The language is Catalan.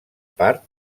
part